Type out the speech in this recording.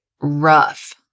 rough